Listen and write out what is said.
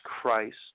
Christ